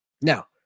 Now